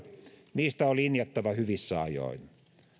niistä on linjattava hyvissä ajoin